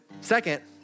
Second